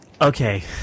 okay